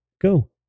Go